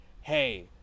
hey